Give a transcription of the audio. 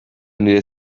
nire